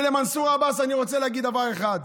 ולמנסור עבאס אני רוצה להגיד דבר אחד: